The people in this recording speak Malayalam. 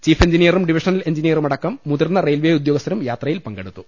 ചീഫ് എഞ്ചിനീയറും ഡിവിഷണൽ എഞ്ചിനീയറടക്കം മുതിർന്ന റെയിൽവെ ഉദ്യോഗസ്ഥരും യാത്ര യിൽ പങ്കെടുത്തു